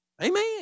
Amen